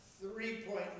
three-point